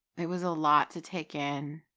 it was a lot to take in.